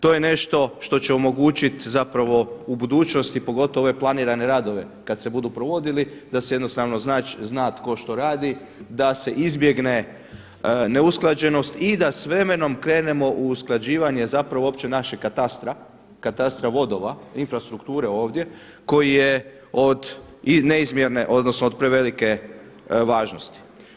To je nešto što će omogućiti zapravo u budućnosti, pogotovo ove planirane radove kad se budu provodili da se jednostavno zna tko što radi, da se izbjegne neusklađenost i da s vremenom krenemo u usklađivanje zapravo uopće našeg katastra, katastra vodova, infrastrukture ovdje koji je od neizmjerne, odnosno od prevelike važnosti.